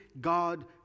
God